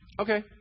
Okay